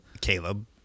Caleb